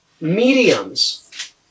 mediums